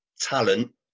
talent